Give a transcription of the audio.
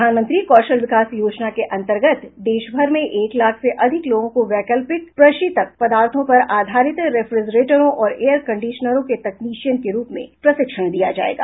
प्रधानमंत्री कौशल विकास योजना के अंतर्गत देशभर में एक लाख से अधिक लोगों को वैकल्पिक प्रशीतक पदार्थों पर आधारित रफ्रिजरेटरों और एयर कंडीशनरों के तकनीशियन के रूप में प्रशिक्षण दिया जाएगा